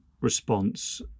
response